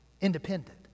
independent